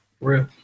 real